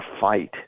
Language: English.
fight